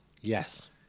Yes